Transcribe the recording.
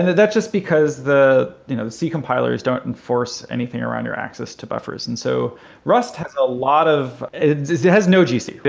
that's just because the you know the c compilers don't enforce anything around your access to buffers. and so rust a ah lot of. it has no gc.